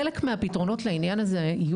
חלק מהפתרונות לעניין הזה,